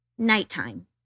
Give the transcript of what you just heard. Nighttime